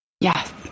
Yes